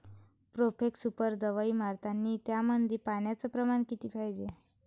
Profex super दवाई मारतानी त्यामंदी पान्याचं प्रमाण किती पायजे?